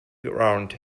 around